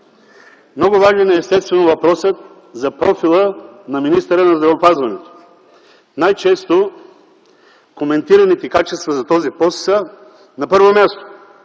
Много важен е естествено въпросът за профила на министъра на здравеопазването. Най-често коментираните качества за този пост са: - на първо място,